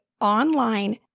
online